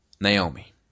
Naomi